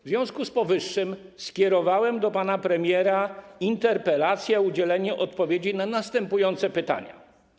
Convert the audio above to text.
W związku z powyższym skierowałem do pana premiera interpelację o udzielenie odpowiedzi na następujące pytania.